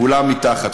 כולם מתחת,